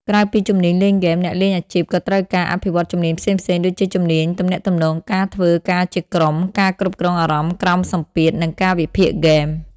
ក្រៅពីជំនាញលេងហ្គេម អ្នកលេងអាជីពក៏ត្រូវការ អភិវឌ្ឍជំនាញផ្សេងៗ ដូចជាជំនាញទំនាក់ទំនង ការធ្វើការជាក្រុម ការគ្រប់គ្រងអារម្មណ៍ក្រោមសម្ពាធ និងការវិភាគហ្គេម។